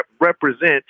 represent